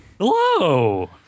Hello